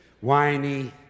Whiny